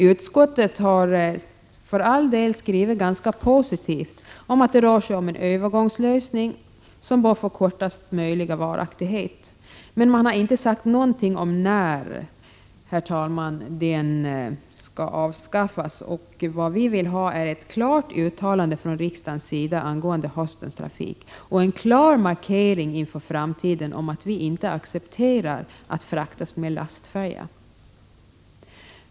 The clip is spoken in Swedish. Utskottet har för all del skrivit ganska positivt om att det rör sig om en övergångslösning som bör få kortaste möjliga varaktighet. Men man har inte sagt någonting om när den skall avskaffas. Vad vi vill ha är ett klart uttalande från riksdagens sida angående höstens trafik och en klar markering för framtiden av att vi inte accepterar att fraktas med lastfärja.